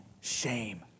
shame